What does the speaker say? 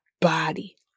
body